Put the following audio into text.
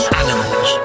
animals